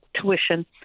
tuition